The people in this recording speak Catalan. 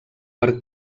per